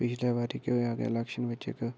पिछले बारी केह् होएआ कि इलैक्शन बिच्च इक